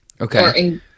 Okay